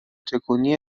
تکونی